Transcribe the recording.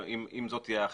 אם זאת תהיה ההחלטה,